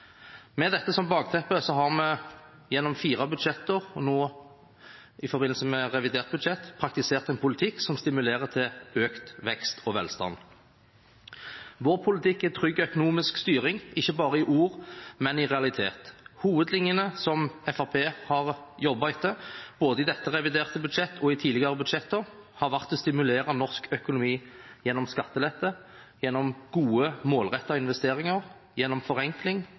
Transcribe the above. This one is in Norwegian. Med dette som bakteppe har vi gjennom fire budsjettår og i forbindelse med revidert budsjett praktisert en politikk som stimulerer til økt vekst og velstand. Vår politikk er trygg økonomisk styring, ikke bare i ord, men i realitet. Hovedlinjene som Fremskrittspartiet har jobbet etter, både i dette reviderte budsjettet og i tidligere budsjetter, har vært å stimulere norsk økonomi gjennom skattelette, gjennom gode, målrettede investeringer, gjennom forenkling